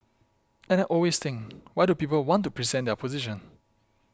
and I always think why do people want to present their position